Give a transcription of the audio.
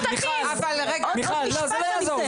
מיכל, לא, זה לא יעזור.